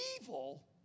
evil